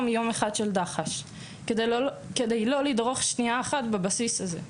יום אחד של דח"ש כדי לא לדרוך יום אחד בבסיס הזה.